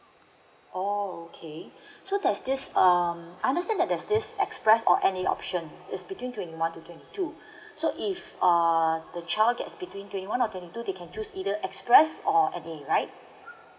oh okay so there's this um I understand that there's this express or any option is between twenty one to twenty two so if err the child gets between twenty one or twenty two they can choose either express or any right